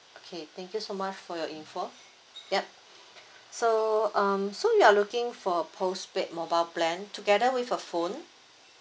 okay thank you so much for your information yup so um so you are looking for postpaid mobile plan together with a phone